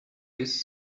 this